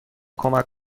کمک